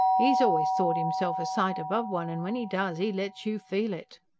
e's always thought imself a sight above one, an' when e does, e lets you feel it.